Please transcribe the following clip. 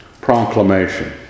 proclamation